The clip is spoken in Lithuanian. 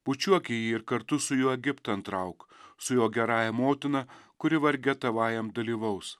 bučiuoki jį ir kartu su juo egiptan trauk su jo gerąja motina kuri varge tavajam dalyvaus